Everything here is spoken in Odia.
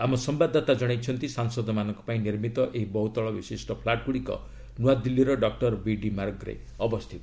ଆମ ସମ୍ଭାଦଦାତା ଜଣାଇଛନ୍ତି ସାଂସଦମାନଙ୍କ ପାଇଁ ନିର୍ମିତ ଏହି ବହୁତଳ ବିଶିଷ୍ଟ ଫ୍ଲାଟ୍ଗୁଡ଼ିକ ନୂଆଦିଲ୍ଲୀର ଡକ୍କର ବିଡି ମାର୍ଗରେ ଅବସ୍ଥିତ